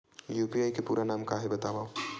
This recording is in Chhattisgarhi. यू.पी.आई के पूरा नाम का हे बतावव?